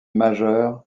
majeur